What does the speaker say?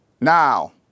Now